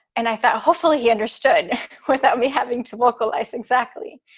and i thought hopefully he understood without me having to vocalize. exactly.